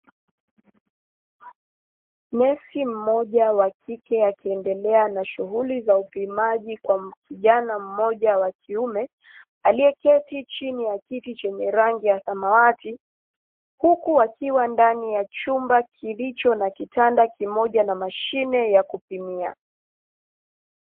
Nesi mmoja wakike akiendelea na shughuli za upimaji kwa kijana mmoja wa kiume aliyeketi chini kwenye kiti cha samawati, huku akiwa ndani ya chumba kilicho na mashine ya kupimia.